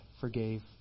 forgave